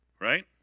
Right